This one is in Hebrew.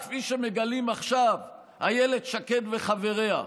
כפי שמגלים עכשיו אילת שקד וחבריה,